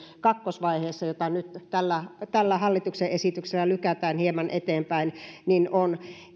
kakkosvaiheessa jota nyt tällä hallituksen esityksellä lykätään hieman eteenpäin